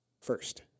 first